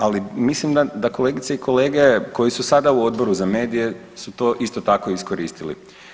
Ali mislim da kolegice i kolege koji su sada u Odboru za medije su to isto tako iskoristili.